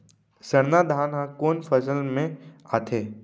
सरना धान ह कोन फसल में आथे?